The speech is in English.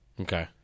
Okay